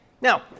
Now